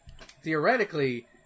theoretically